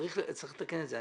צריך לתקן את זה.